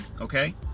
okay